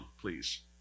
please